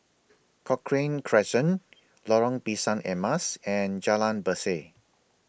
Cochrane Crescent Lorong Pisang Emas and Jalan Berseh